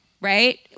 right